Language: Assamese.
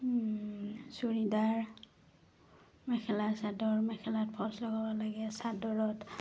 চুৰিদাৰ মেখেলা চাদৰ মেখেলাত ফল্চ লগাব লাগে চাদৰত